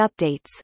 updates